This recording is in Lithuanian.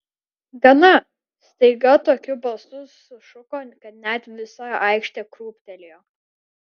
gana staiga tokiu balsu sušuko kad net visa aikštė krūptelėjo